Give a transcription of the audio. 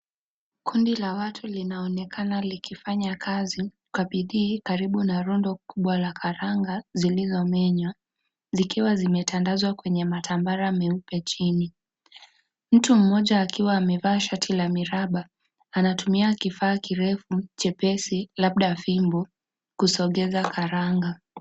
Kundi la watu linaonekana likifanya kazi kwa bidii, karibu na rondo kubwa la karanga zilizo menywa, zikiwa zimetandazwa kwenye matambara meupe chini, mtu mmoja akiwa amevaa shati la miraba, anatumia kifaa kirefu, chepesi, labda fimbo, kusogeza karanga.